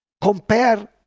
compare